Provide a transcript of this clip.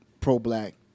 pro-black